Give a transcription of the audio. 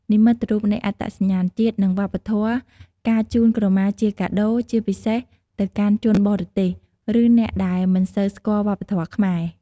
និមិត្តរូបនៃអត្តសញ្ញាណជាតិ និងវប្បធម៌ការជូនក្រមាជាកាដូ ជាពិសេសទៅកាន់ជនបរទេស ឬអ្នកដែលមិនសូវស្គាល់វប្បធម៌ខ្មែរ។